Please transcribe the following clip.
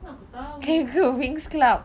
mana aku tahu